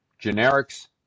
generics